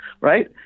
right